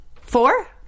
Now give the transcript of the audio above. Four